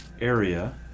area